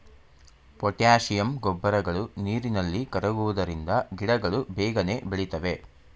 potassium ಗೊಬ್ಬರಗಳು ನೀರಿನಲ್ಲಿ ಕರಗುವುದರಿಂದ ಗಿಡಗಳು ಬೇಗನೆ ಬೆಳಿತವೆ